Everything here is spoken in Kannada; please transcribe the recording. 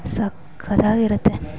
ಸಕ್ಕತಾಗಿರುತ್ತೆ